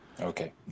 Okay